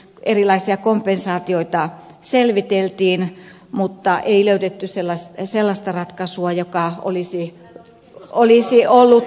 erilaisia kompensaatioita selviteltiin mutta ei löydetty sellaista ratkaisua joka olisi ollut